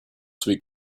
sweet